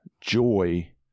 joy